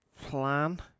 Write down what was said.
plan